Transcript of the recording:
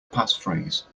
passphrase